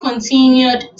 continued